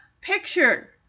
picture